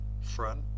front